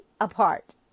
apart